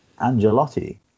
Angelotti